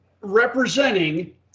representing